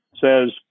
says